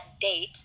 date